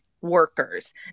workers